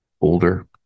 older